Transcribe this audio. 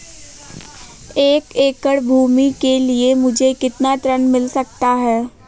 एक एकड़ भूमि के लिए मुझे कितना ऋण मिल सकता है?